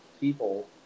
people